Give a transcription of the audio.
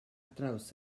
draws